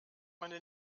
meine